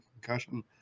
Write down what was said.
concussion